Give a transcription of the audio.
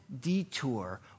detour